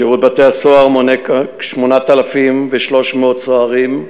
שירות בתי-הסוהר מונה כ-8,300 סוהרים,